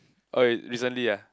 oh recently ah